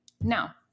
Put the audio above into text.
Now